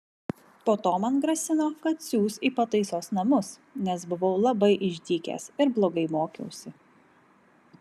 po to man grasino kad siųs į pataisos namus nes buvau labai išdykęs ir blogai mokiausi